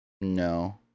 no